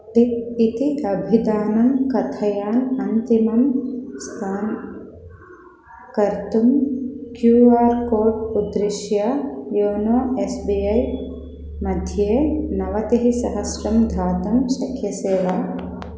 tip इति अभिधानं कथयन् अन्तिमं स्कान् कर्तुं क्यू आर् कोड् उद्दिश्य योनो एस् बी ऐ मध्ये नवतिः सहस्रं दातुं शक्यसे वा